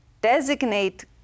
designate